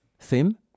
theme